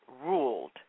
ruled